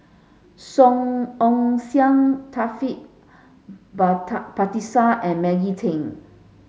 Song Ong Siang Taufik Batisah and Maggie Teng